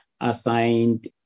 assigned